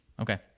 Okay